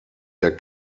der